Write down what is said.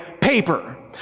paper